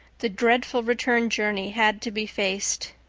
the dreadful return journey had to be faced.